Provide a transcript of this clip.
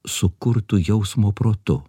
sukurtu jausmo protu